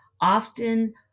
often